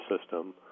system